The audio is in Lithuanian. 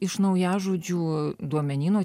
iš naujažodžių duomenyno